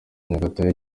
nyagatare